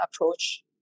approach